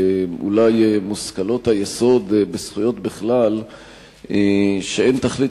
ואולי מושכלות היסוד בזכויות בכלל הן שאין תכלית